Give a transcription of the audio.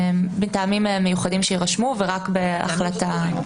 "מטעמים מיוחדים שיירשמו" ורק בהחלטה.